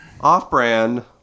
off-brand